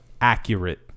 accurate